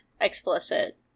explicit